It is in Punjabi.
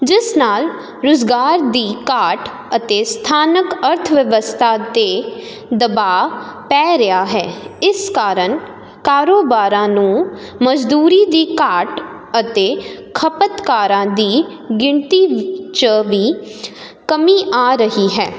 ਜਿਸ ਨਾਲ ਰੁਜ਼ਗਾਰ ਦੀ ਘਾਟ ਅਤੇ ਸਥਾਨਕ ਅਰਥਵਿਵਸਥਾ 'ਤੇ ਦਬਾਅ ਪੈ ਰਿਹਾ ਹੈ ਇਸ ਕਾਰਨ ਕਾਰੋਬਾਰਾਂ ਨੂੰ ਮਜ਼ਦੂਰੀ ਦੀ ਘਾਟ ਅਤੇ ਖਪਤਕਾਰਾਂ ਦੀ ਗਿਣਤੀ 'ਚ ਵੀ ਕਮੀ ਆ ਰਹੀ ਹੈ